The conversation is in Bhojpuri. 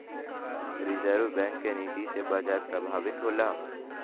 रिज़र्व बैंक क नीति से बाजार प्रभावित होला